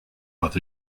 but